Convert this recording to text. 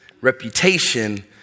reputation